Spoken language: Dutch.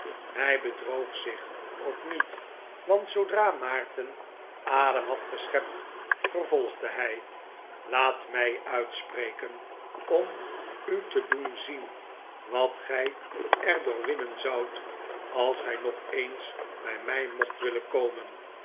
hij bedroog zich ook niet want zoodra maarten adem had geschept vervolgde hij laat mij uitspreken om u te doen zien wat gij er door winnen zoudt als gij nog eens bij mij mocht willen komen